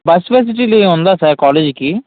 bus ఫెసిలిటీలు ఏమన్నా ఉందా సార్ కాలేజీకి